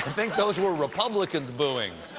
um think those were republicans booing.